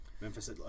Memphis